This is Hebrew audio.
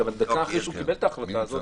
דקה אחרי שהוא קיבל את ההחלטה הזאת,